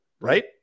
right